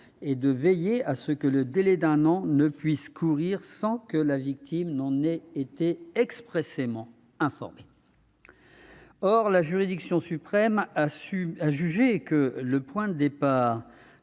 et de veiller à ce que le délai d'un an ne puisse courir sans que la victime en ait été expressément informée. Or la juridiction suprême a jugé que le point de départ